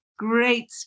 great